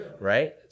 Right